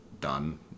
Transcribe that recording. done